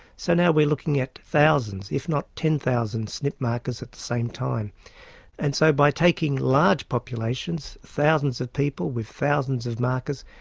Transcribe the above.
so now we're looking at thousands, if not ten thousand snp markers at the same time and so by taking large populations, thousands of people with thousands of markers,